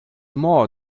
more